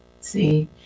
See